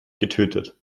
getötet